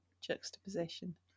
juxtaposition